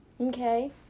Okay